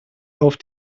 auf